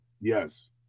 Yes